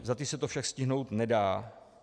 Za ty se to však stihnout nedá.